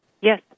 Yes